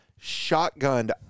shotgunned